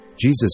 Jesus